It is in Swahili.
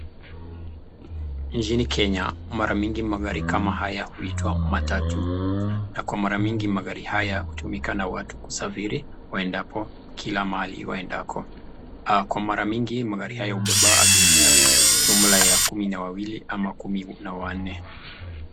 Nchini Kenya mara mingi magari kama haya huitwa matatu na kwa mara mingi magari haya hutumika na watu kusafiri waendapo kila mahali waendako. Kwa mara mingi magari hayo hubeba abiria jumla ya kumi na wawili ama kumi na wanne.